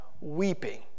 weeping